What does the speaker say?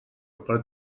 però